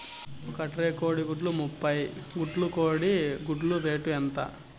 ఒక ట్రే కోడిగుడ్లు ముప్పై గుడ్లు కోడి గుడ్ల రేటు ఎంత?